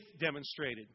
demonstrated